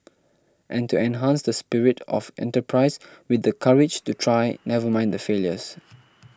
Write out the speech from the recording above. and to enhance the spirit of enterprise with the courage to try never mind the failures